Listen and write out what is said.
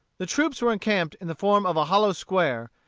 the troops were encamped in the form of a hollow square,